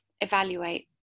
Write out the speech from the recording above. evaluate